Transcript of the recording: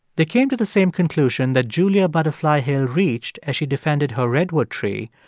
they came to the same conclusion that julia butterfly hill reached as she defended her redwood tree,